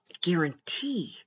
guarantee